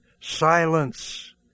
silence